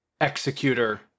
executor